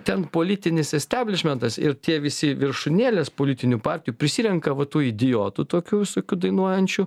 ten politinis isteblišmentas ir tie visi viršūnėlės politinių partijų prisirenka va tų idiotų tokių visokių dainuojančių